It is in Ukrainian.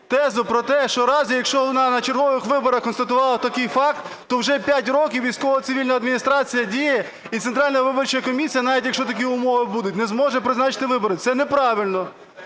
тезу про те, що в разі, якщо вона на чергових виборах констатувала такий факт, то вже 5 років військово-цивільна адміністрація діє і Центральна виборча комісія, навіть якщо такі умови будуть, не зможе призначити вибори, це неправильно.